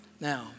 Now